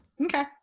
Okay